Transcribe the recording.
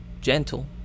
gentle